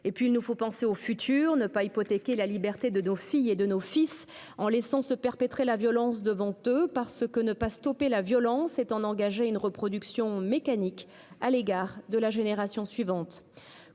Et il nous faut penser au futur et ne pas hypothéquer la liberté de nos filles et de nos fils en laissant se perpétrer la violence devant eux, parce que ne pas arrêter la violence, c'est en engager une reproduction mécanique à l'égard de la génération suivante.